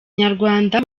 nyarwanda